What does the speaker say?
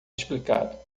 explicado